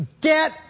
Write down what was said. get